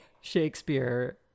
Shakespeare